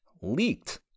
leaked